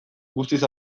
guztiz